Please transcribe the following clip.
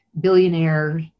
billionaire